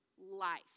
life